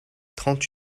trente